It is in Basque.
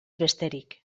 besterik